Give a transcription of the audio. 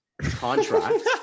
contract